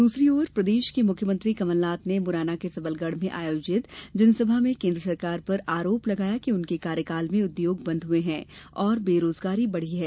दूसरी ओर प्रदेश के मुख्यमंत्री कमलनाथ ने मुरैना के सबलगढ़ में आयोजित जनसभा में केन्द्र सरकार पर आरोप लगाया कि उनके कार्यकाल में उद्योग बंद हुये और बेरोजगारी बढ़ी है